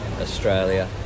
Australia